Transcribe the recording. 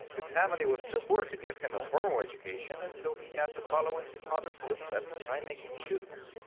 his family was too poor to give him a formal education and so he had to follow in his father's footsteps by making shoes.